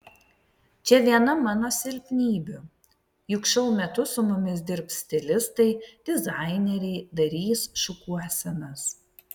čia viena mano silpnybių juk šou metu su mumis dirbs stilistai dizaineriai darys šukuosenas